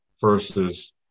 versus